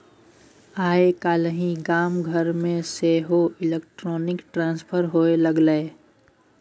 आय काल्हि गाम घरमे सेहो इलेक्ट्रॉनिक ट्रांसफर होए लागलै